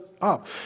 up